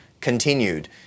continued